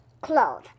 clothes